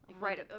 Right